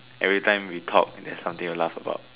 every time we talk there's something to laugh about